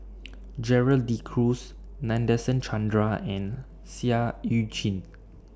Gerald De Cruz Nadasen Chandra and Seah EU Chin